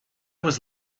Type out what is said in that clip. was